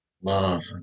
Love